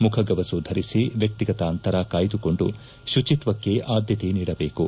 ಮುಖಗವಸು ಧರಿಸಿ ವ್ಯಕ್ತಿಗತ ಅಂತರ ಕಾಯ್ಸುಕೊಂಡು ಶುಚಿತ್ತಕ್ಷೆ ಆದ್ದತೆ ನೀಡಬೇಕು